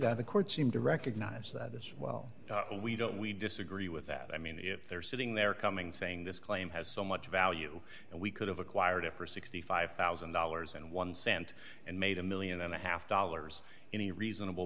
that the court seemed to recognize that as well and we don't we disagree with that i mean if they're sitting there coming saying this claim has so much value and we could have acquired it for sixty five thousand dollars and one dollar cent and made a one million and a half dollars in a reasonable